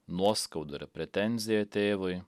nuoskaudų yra pretenzija tėvui